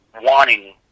wanting